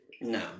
No